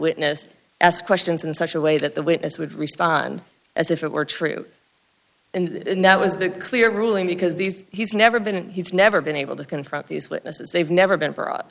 witness ask questions in such a way that the witness would respond as if it were true and that was the clear ruling because these he's never been in he's never been able to confront these witnesses they've never been